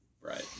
Right